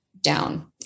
down